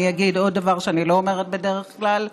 אני אגיד עוד דבר שאני לא אומרת בדרך כלל,